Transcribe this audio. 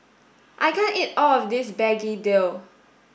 I can't eat all of this Begedil